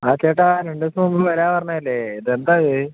ആ ചേട്ടാ രണ്ടു ദിവസം മുമ്പ് വരാമെന്ന് പറഞ്ഞതല്ലേ ഇതെന്താ